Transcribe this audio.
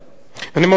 אני מאוד מודה לך.